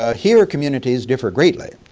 ah here communities differ greatly.